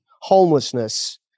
homelessness